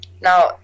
Now